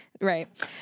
Right